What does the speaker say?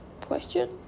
Question